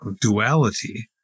duality